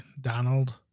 Donald